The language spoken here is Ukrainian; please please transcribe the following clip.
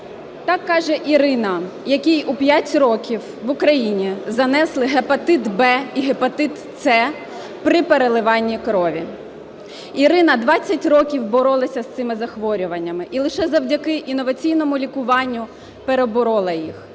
так каже Ірина, якій у 5 років в Україні занесли гепатит В і гепатит С при переливанні крові. Ірина 20 років боролася з цими захворюваннями і лише завдяки інноваційному лікуванню переборола їх.